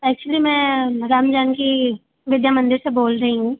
actually मैं रामजानकी विद्या मन्दिर से बोल रही हूँ